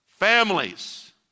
Families